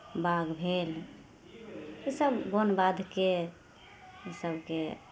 बाघ भेल ओसभ बन बाधके इसभके